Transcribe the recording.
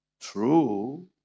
True